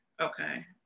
Okay